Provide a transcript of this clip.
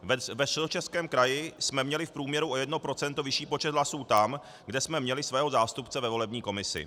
Ve Středočeském kraji jsme měli v průměru o jedno procento vyšší počet hlasů tam, kde jsme měli svého zástupce ve volební komisi.